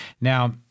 Now